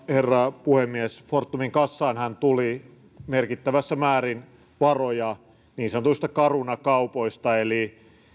herra puhemies fortumin kassaanhan tuli merkittävässä määrin varoja niin sanotuista caruna kaupoista